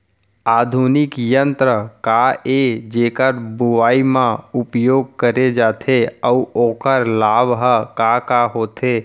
आधुनिक यंत्र का ए जेकर बुवाई म उपयोग करे जाथे अऊ ओखर लाभ ह का का होथे?